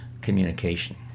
communication